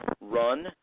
run